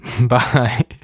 Bye